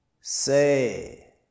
Say